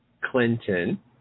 Clinton